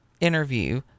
interview